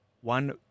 one